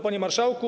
Panie Marszałku!